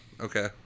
okay